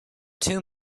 two